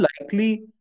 likely